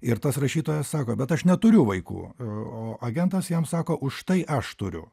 ir tas rašytojas sako bet aš neturiu vaikų o agentas jam sako užtai aš turiu